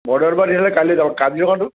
বৰদোৱাত বা তেতিয়াহ'লে কাইলৈ কাজিৰঙাটো